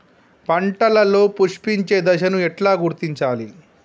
పంటలలో పుష్పించే దశను ఎట్లా గుర్తించాలి?